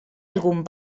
algun